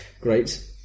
Great